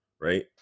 right